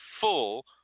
full